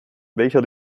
welcher